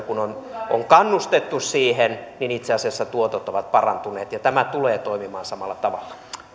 kun on on kannustettu siihen niin itse asiassa tuotot ovat parantuneet ja tämä tulee toimimaan samalla tavalla